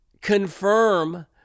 confirm